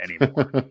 anymore